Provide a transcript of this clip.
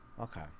okay